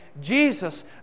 Jesus